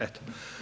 Eto.